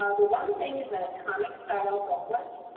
ah the one thing is but a comic style booklets,